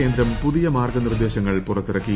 കേന്ദ്രം പുതിയ മാർഗ്ഗനിർദ്ദേശങ്ങൾ പുറത്തിറക്കി